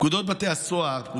פקודת בתי הסוהר